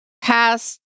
past